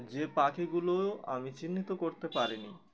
যে পাখিগুলো আমি চিহ্নিত করতে পারিনি